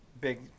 big